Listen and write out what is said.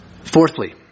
Fourthly